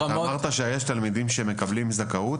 אמרת שיש תלמידים שמקבלים זכאות,